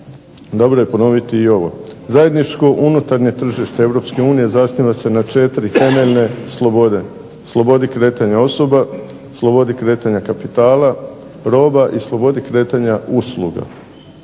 Dobro je ponoviti i ovo, zajedničko unutarnje tržište Europske unije zasniva se na četiri temeljne slobode, slobodi kretanja osoba, slobodi kretanja kapitala, roba i slobodi kretanja usluga.